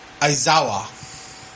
Aizawa